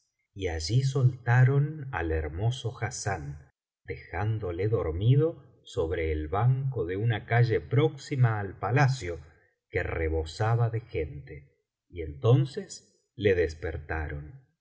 y allí soltaron al hermoso hassán dejándole dormido sobre el banco de una calle próxima al palacio que rebosaba de gente y entonces le despertaron